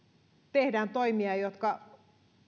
tehdään toimia jotka